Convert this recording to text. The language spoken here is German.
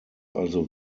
also